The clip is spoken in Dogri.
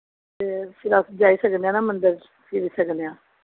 ते फिर अस जाई सकने आं ना मंदर च फिरी सकने आं